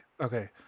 okay